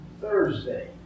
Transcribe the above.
thursday